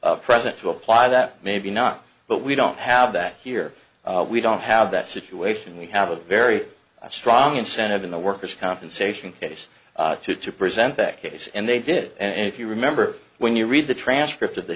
l present to apply that maybe not but we don't have that here we don't have that situation we have a very strong incentive in the workers compensation case to to present that case and they did and if you remember when you read the transcript of the